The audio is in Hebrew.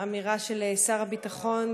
לאמירה של שר הביטחון.